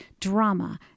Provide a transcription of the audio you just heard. drama